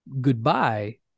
Goodbye